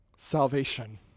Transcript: Salvation